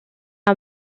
are